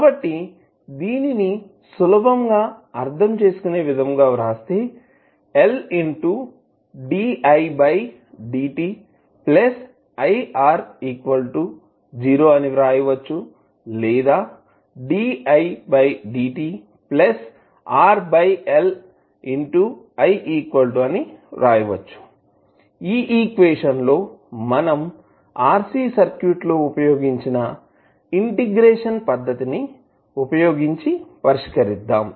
కాబట్టి దీన్ని సులభంగా అర్థం చేసుకునే విధంగా రాస్తే ఈ ఈక్వేషన్ లో మనం RC సర్క్యూట్ లో ఉపయోగించిన ఇంటిగ్రేషన్ పద్ధతి ని ఉపయోగించి పరిష్కరిద్దాం